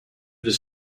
his